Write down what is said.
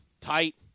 tight